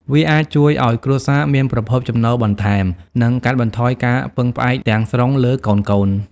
វាអាចជួយឱ្យគ្រួសារមានប្រភពចំណូលបន្ថែម និងកាត់បន្ថយការពឹងផ្អែកទាំងស្រុងលើកូនៗ។